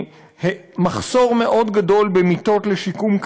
מחסור מאוד גדול במיטות לשיקום כללי.